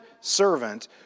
servant